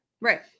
Right